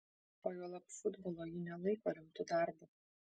o juolab futbolo ji nelaiko rimtu darbu